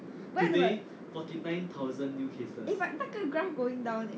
eh but 那个 graph going down leh